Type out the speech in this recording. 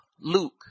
Luke